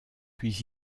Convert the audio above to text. puis